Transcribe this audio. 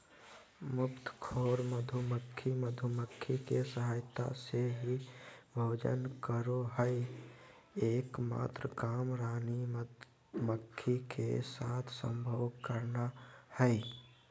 मुफ्तखोर मधुमक्खी, मधुमक्खी के सहायता से ही भोजन करअ हई, एक मात्र काम रानी मक्खी के साथ संभोग करना हई